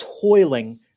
toiling